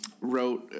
wrote